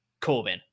Corbin